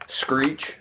Screech